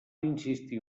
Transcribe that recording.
insistir